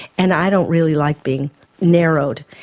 and i don't really like being narrowed,